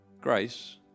grace